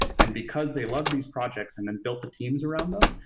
and because they loved these projects and then built the teams around them,